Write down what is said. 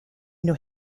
new